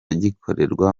gikorerwa